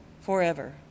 forever